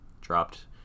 dropped